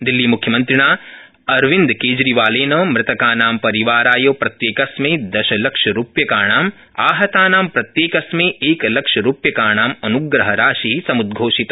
दिल्लीमुख्यमन्त्रिणा अरविन्दकेजरीवालेन मृतकानां परिवाराय प्रत्येकस्मै दशलक्षरुप्यकाणां आहतानां प्रत्येकस्मै एकलक्षरुप्यकाणामनुग्रहराशि उद्वोषित